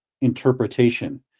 interpretation